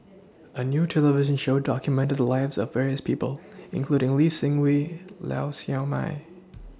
A New television Show documented The Lives of various People including Lee Seng Wee Lau Siew Mei